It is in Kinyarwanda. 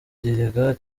kigega